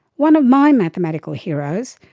one of my mathematical heroes,